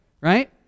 right